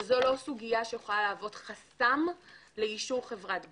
שזו לא סוגיה שיכולה להוות חסם לאישור חברת גבייה.